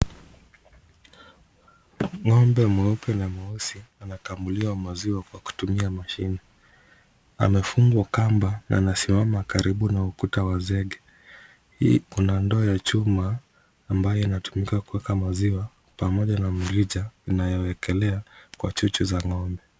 Ng'ombe mweupe na mweusi anakamuliwa maziwa kwa kutumia mashine. Amefungwa kamba na anasimama karibu na ukuta wa zege. Kuna ndoo ya chuma ambayo inatumika kuweka maziwa pamoja na mrija inayoekelea kwa chuchu za ng'ombe.